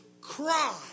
cry